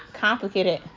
complicated